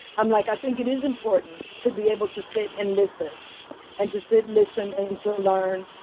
i'm like i think it is important to be able to sit and listen and to sit, listen, and to learn,